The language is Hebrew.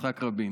יצחק רבין.